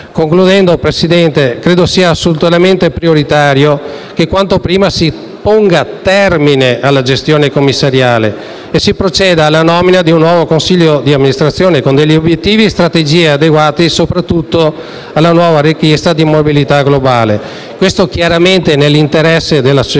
Concludendo, credo sia assolutamente prioritario che quanto prima si ponga termine alla gestione commissariale e si proceda alla nomina di un nuovo consiglio di amministrazione con degli obiettivi e strategie adeguati soprattutto alla nuova richiesta di mobilità globale. Questo chiaramente nell'interesse della società,